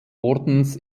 ordens